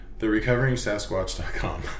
TheRecoveringSasquatch.com